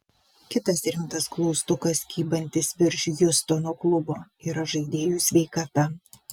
kitas rimtas klaustukas kybantis virš hjustono klubo yra žaidėjų sveikata